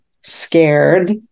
scared